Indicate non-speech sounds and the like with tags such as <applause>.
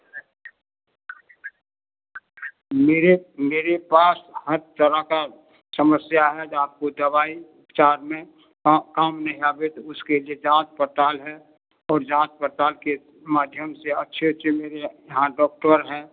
मेरे मेरे पास हर तरह का समस्या है जो आपको दवाई चार में काम मे आबे उसके जाँच पड़ताल है और जाँच पड़ताल के माध्यम से अच्छे <unintelligible> हार्ट डॉक्टर हैं